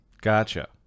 Gotcha